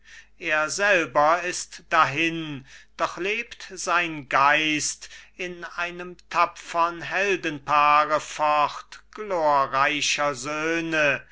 er selber ist dahin doch lebt sein geist in einem tapfern heldenpaare fort glorreicher